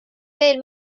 veel